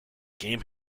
game